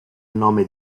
nome